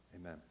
Amen